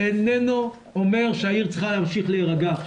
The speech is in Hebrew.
איננו אומר שהעיר צריכה להמשיך להירגע,